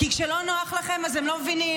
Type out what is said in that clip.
כי כשלא נוח לכם אז הם לא מבינים,